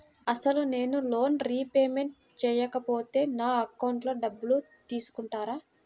అసలు నేనూ loan repayment చేయకపోతే నా అకౌంట్లో డబ్బులు తీసుకుంటారా?